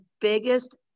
biggest